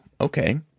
Okay